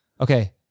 Okay